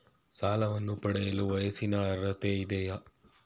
ಸಾಲವನ್ನು ಪಡೆಯಲು ವಯಸ್ಸಿನ ಅರ್ಹತೆ ಇದೆಯಾ?